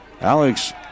Alex